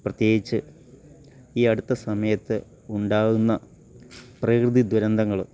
പ്രത്യേകിച്ച് ഈ അടുത്ത സമയത്ത് ഉണ്ടാകുന്ന പ്രകൃതി ദുരന്തങ്ങള്